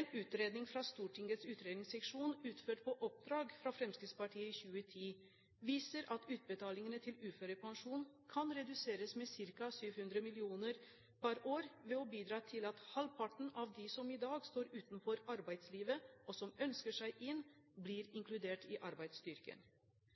En utredning fra Stortingets utredningsseksjon utført på oppdrag fra Fremskrittspartiet i 2010 viser at utbetalingene til uførepensjon kan reduseres med ca. 700 mill. kr per år ved å bidra til at halvparten av dem som i dag står utenfor arbeidslivet, og som ønsker seg inn, blir inkludert i arbeidsstyrken.